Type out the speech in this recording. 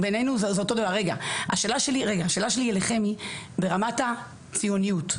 השאלה שלי אליכם היא ברמת הציוניות,